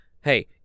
Hey